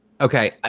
okay